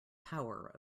power